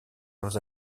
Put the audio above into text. dans